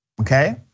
Okay